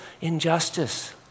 injustice